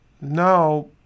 now